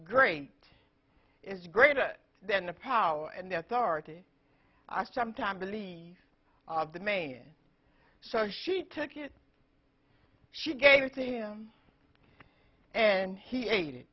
great is greater than the power and authority i sometimes believe of the main so she took it she gave it to him and he ate it